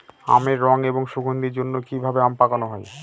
আমের রং এবং সুগন্ধির জন্য কি ভাবে আম পাকানো হয়?